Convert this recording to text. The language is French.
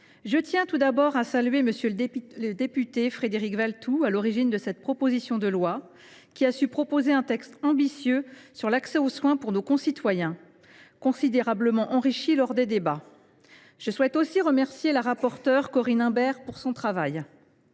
je tiens tout d’abord à saluer le député Frédéric Valletoux, à l’origine de cette proposition de loi. Il a su proposer un texte ambitieux sur l’accès aux soins pour nos concitoyens, qui a été considérablement enrichi lors des débats. Je remercie aussi Mme la rapporteure Corinne Imbert de son travail.